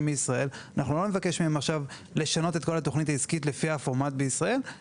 בישראל אנחנו לא נבקש מהם לשנות את כל התכנית העסקית לפי הפורמט בישראל,